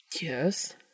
Yes